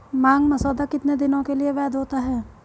मांग मसौदा कितने दिनों के लिए वैध होता है?